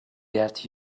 get